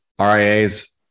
RIAs